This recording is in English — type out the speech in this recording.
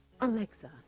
Alexa